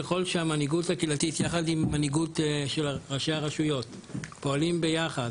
ככל שהמנהיגות הקהילתית יחד עם מנהיגות של ראשי הרשויות פועלים ביחד